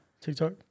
TikTok